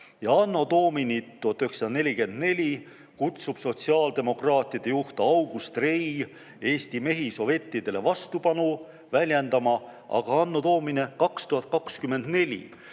Domini1944 kutsub sotsiaaldemokraatide juht August Rei Eesti mehi sovjettidele vastupanu väljendama, agaAnno Domini2024